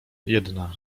jedna